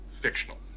fictional